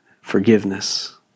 forgiveness